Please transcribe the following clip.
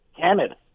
Canada